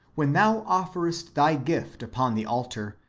when thou offerest thy gift upon the altar,